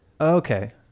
okay